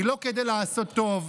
היא לא כדי לעשות טוב.